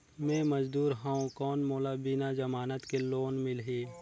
मे मजदूर हवं कौन मोला बिना जमानत के लोन मिलही?